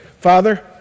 Father